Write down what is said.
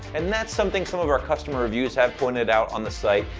and that's something some of our customer reviews have pointed out on the site.